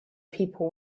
people